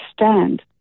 understand